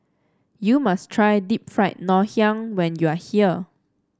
you must try Deep Fried Ngoh Hiang when you are here